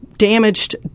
damaged